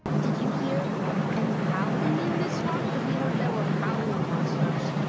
did you hear any howling in the swamp, because we heard there were howling monsters?